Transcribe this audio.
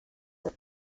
have